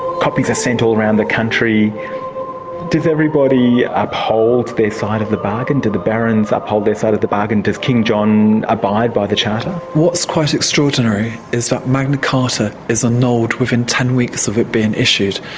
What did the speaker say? copies are sent all around the country does everybody uphold their side of the bargain? do the barons uphold their side of the bargain? does king john abide by the charter? what's quite extraordinary is that magna carta is annulled within ten weeks of it being issued.